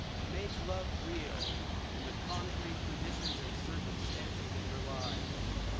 make love real and the concrete conditions and circumstances of your lives.